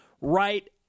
right